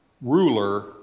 ruler